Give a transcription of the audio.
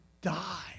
die